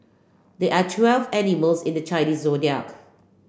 there are twelve animals in the Chinese Zodiac